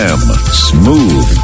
Smooth